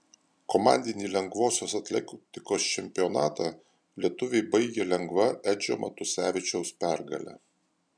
komandinį lengvosios atletikos čempionatą lietuviai baigė lengva edžio matusevičiaus pergale